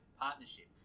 partnership